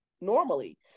normally